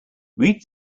read